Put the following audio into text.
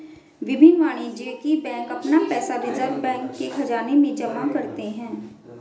विभिन्न वाणिज्यिक बैंक अपना पैसा रिज़र्व बैंक के ख़ज़ाने में जमा करते हैं